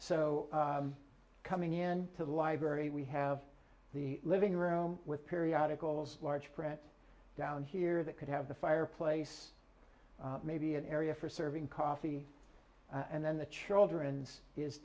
so coming in to the library we have the living room with periodicals large print down here that could have the fireplace maybe an area for serving coffee and then the children's is